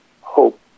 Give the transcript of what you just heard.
hope